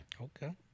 Okay